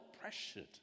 pressured